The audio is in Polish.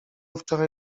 wczoraj